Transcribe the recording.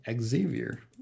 Xavier